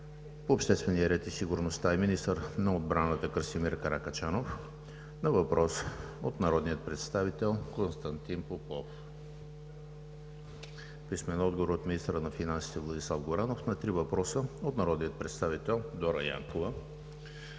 по обществения ред и сигурността и министър на отбраната Красимир Каракачанов на въпрос от народния представител Константин Попов; - министъра на финансите Владислав Горанов на три въпроса от народния представител Дора Янкова;